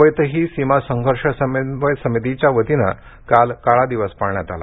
मुंबईतही सीमा संघर्ष समन्वय समितीच्या वतीनं काल काळा दिवस पाळण्यात आला